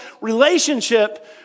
relationship